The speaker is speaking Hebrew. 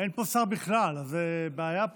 העבודה והרווחה.